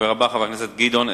הדובר הבא, חבר הכנסת גדעון עזרא.